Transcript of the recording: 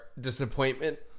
disappointment